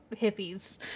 hippies